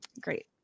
Great